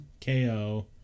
KO